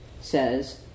says